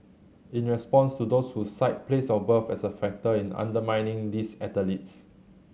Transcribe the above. in response to those who cite place of birth as a factor in undermining these athletes